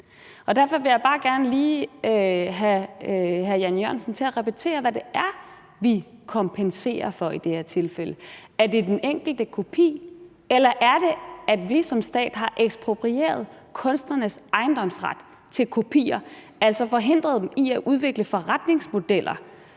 Derfor vil jeg bare gerne lige have hr. Jan E. Jørgensen til at repetere, hvad det er, vi kompenserer for, i det her tilfælde. Er det den enkelte kopi, eller er det, at vi som stat har eksproprieret kunstnernes ejendomsret til kopier – altså forhindret dem i at udvikle forretningsmodeller,